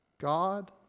God